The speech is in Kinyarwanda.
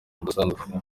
budasanzwe